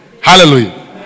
Hallelujah